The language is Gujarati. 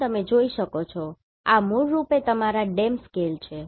અહીં તમે જોઈ શકો છો આ મૂળ રૂપે તમારા DEM સ્કેલ છે